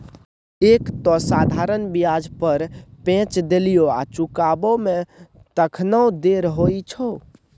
एक तँ साधारण ब्याज पर पैंच देलियौ आ चुकाबै मे तखनो देर होइ छौ